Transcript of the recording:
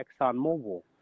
ExxonMobil